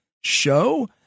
show